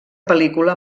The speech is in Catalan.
pel·lícula